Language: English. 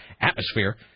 atmosphere